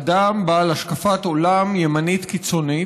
אדם בעל השקפת עולם ימנית קיצונית,